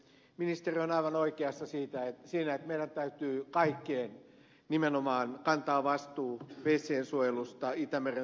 ministeri on aivan oikeassa siinä että nimenomaan meidän kaikkien täytyy kantaa vastuu vesiensuojelusta itämeren suojelusta ja niin edelleen